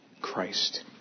Christ